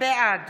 בעד